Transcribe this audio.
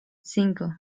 cinco